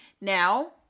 Now